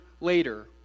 later